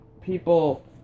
people